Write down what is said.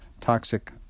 toxic